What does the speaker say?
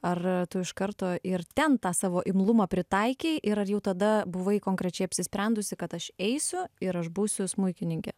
ar tu iš karto ir ten tą savo imlumą pritaikei ir ar jau tada buvai konkrečiai apsisprendusi kad aš eisiu ir aš būsiu smuikininkė